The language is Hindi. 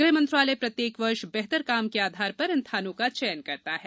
गृह मंत्रालय प्रत्येक वर्ष बेहतर काम के आधार पर इन थानों का चयन करता है